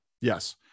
Yes